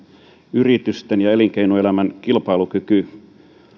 yritysten ja elinkeinoelämän kilpailukyky